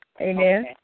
Amen